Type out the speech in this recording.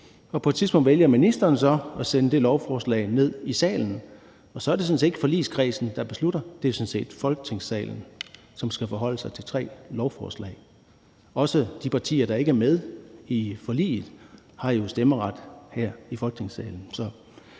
På et tidspunkt vælger ministeren så at sende det lovforslag ned i salen, og så er det sådan set ikke forligskredsen, der beslutter – det er sådan set Folketinget, som skal forholde sig til tre lovforslag. Også de partier, der ikke er med i forliget, har jo stemmeret her i Folketingssalen.